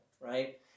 right